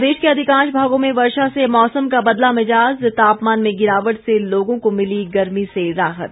प्रदेश के अधिकांश भागों में वर्षा से मौसम का बदला मिजाज तापमान में गिरावट से लोगों को मिली गर्मी से राहत